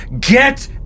Get